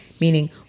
Meaning